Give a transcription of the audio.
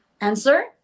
answer